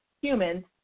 humans